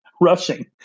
rushing